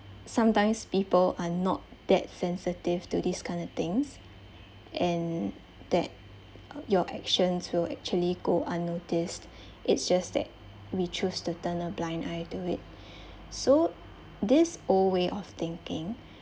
sometimes people are not that sensitive to this kind of things and that your actions will actually go unnoticed it's just that we chose to turn a blind eye to it so this old way of thinking